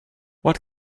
what